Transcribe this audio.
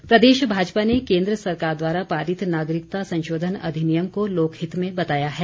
समर्थन प्रदेश भाजपा ने केन्द्र सरकार द्वारा पारित नागरिकता संशोधन अधिनियम को लोकहित में बताया है